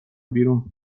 بیرون